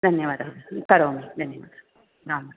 दन्यवाद करोमि दन्यवाद राम् राम्